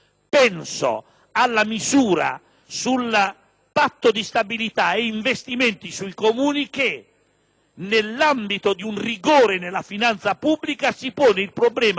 nell'ambito di un rigore nella finanza pubblica, affronta il problema dello sviluppo cercando di dare spazio agli investimenti degli enti locali e non alla spesa corrente.